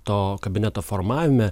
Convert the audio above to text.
to kabineto formavime